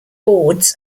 boards